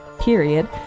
period